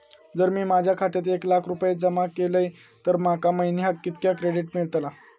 जर मी माझ्या खात्यात एक लाख रुपये जमा केलय तर माका महिन्याक कितक्या क्रेडिट मेलतला?